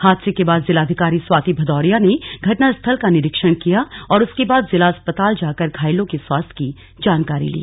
हादसे के बाद जिलाधिकारी स्वाति भदौरिया ने घटना स्थल का निरीक्षण किया और उसके बाद जिला अस्पताल जाकर घायलों के स्वास्थ्य की जानकारी ली